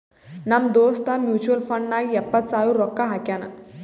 ನಮ್ ದೋಸ್ತ mutual fund ನಾಗ್ ಎಪ್ಪತ್ ಸಾವಿರ ರೊಕ್ಕಾ ಹಾಕ್ಯಾನ್